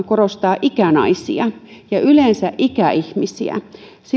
korostaa ikänaisia ja yleensä ikäihmisiä